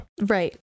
Right